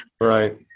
Right